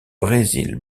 brésil